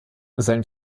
sein